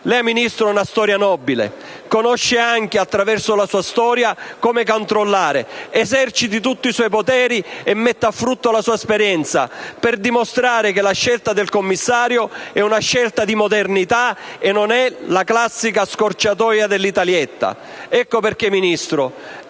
Lei, Ministro, ha una storia nobile; sa anche, attraverso la sua storia, come controllare: eserciti tutti i suoi poteri e metta a frutto la sua esperienza per dimostrare che la scelta del Commissario è una scelta di modernità e non è la classica scorciatoia dell'«Italietta». Ministro,